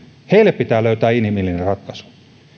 heille pitää löytää inhimillinen ratkaisu